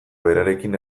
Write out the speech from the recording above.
berarekin